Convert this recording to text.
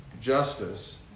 justice